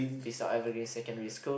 beside Evergreen Secondary School